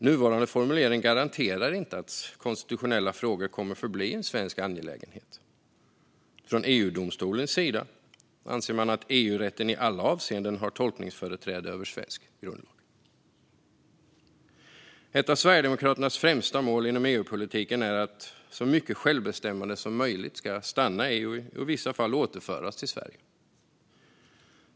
Nuvarande formulering garanterar dock inte att konstitutionella frågor kommer att förbli en svensk angelägenhet. Från EU-domstolens sida anser man att EU-rätten i alla avseenden har tolkningsföreträde över svensk grundlag. Ett av Sverigedemokraternas främsta mål inom EU-politiken är att så mycket självbestämmande som möjligt ska stanna i och i vissa fall återföras till Sverige.